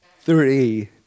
Three